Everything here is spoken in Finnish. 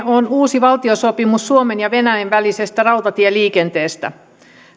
on uusi valtiosopimus suomen ja venäjän välisestä rautatieliikenteestä